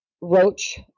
roach